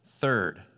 Third